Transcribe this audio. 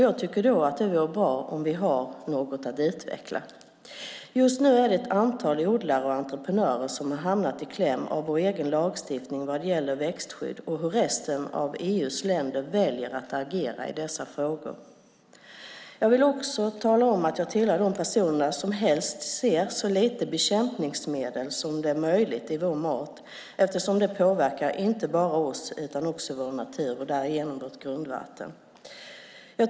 Jag tycker att det då vore bra om vi har något att utveckla. Just nu är det ett antal odlare och entreprenörer som har hamnat i kläm i vår egen lagstiftning vad gäller växtskydd och hur resten av EU:s länder väljer att agera i dessa frågor. Jag vill också tala om att jag tillhör de personer som helst ser så lite bekämpningsmedel som möjligt i vår mat eftersom det påverkar inte bara oss utan också vår natur och därigenom vårt grundvatten.